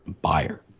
buyer